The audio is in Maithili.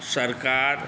सरकार